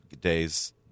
days